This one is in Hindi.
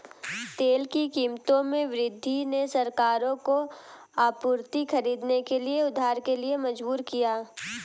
तेल की कीमतों में वृद्धि ने सरकारों को आपूर्ति खरीदने के लिए उधार के लिए मजबूर किया